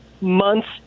months